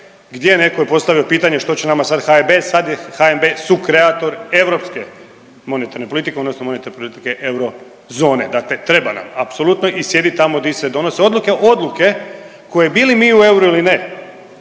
gdje neko je postavio pitanje što će nama sad HNB, sad je HNB sukreator europske monetarne politike odnosno monetarne politike eurozone, dakle treba nam apsolutno i sjedi tamo di se donose odluke, odluke koje bili mi u euru ili ne